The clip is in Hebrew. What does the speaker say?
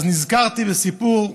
נזכרתי בסיפור,